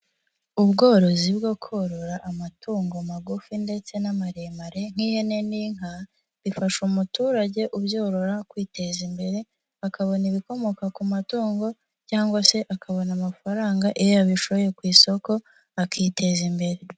Ubworozi bwo korora amatungo magufi ndetse n'amaremare, nk'ihene n'inka, bifasha umuturage ubyorora kwiteza imbere, akabona ibikomoka ku matungo, cyangwa se akabona amafaranga iyo yabishoye ku isoko, akiteza imbere.